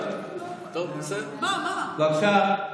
בבקשה.